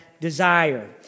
desire